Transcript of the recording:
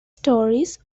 stories